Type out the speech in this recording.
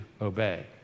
obey